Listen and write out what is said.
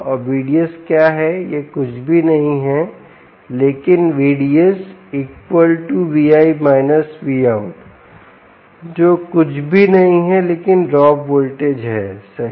और VDS क्या है यह कुछ भी नहीं है लेकिन VDSVi−VOUT जो कुछ भी नहीं है लेकिन ड्रॉप वोल्टेज है सही